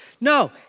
No